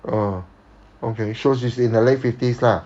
orh okay so she's in her late fifties lah